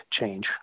change